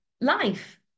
life